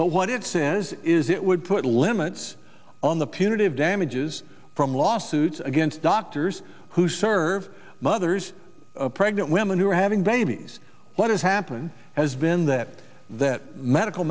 but what it says is it would put limits on the punitive damages from lawsuits against doctors who serve mothers pregnant women who are having babies what has happened has been that that medical